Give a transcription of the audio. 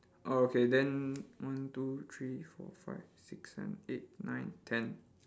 oh okay then one two three four five six seven eight nine ten